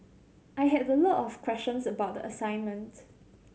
I had a lot of questions about the assignment